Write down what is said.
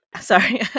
sorry